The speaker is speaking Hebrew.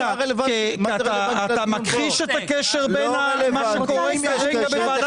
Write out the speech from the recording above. אתה מכחיש את הקשר בין מה שקורה בוועדת